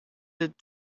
had